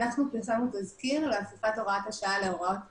אנחנו פרסמנו תזכיר להפיכת הוראת השעה להוראת קבע.